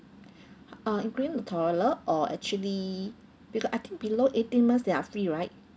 uh including the toddler or actually because I think below eighteen months they are free right